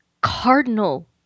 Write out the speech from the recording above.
Cardinal